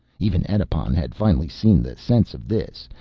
even edipon had finally seen the sense of this,